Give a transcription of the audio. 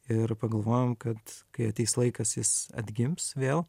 ir pagalvojam kad kai ateis laikas jis atgims vėl